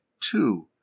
Two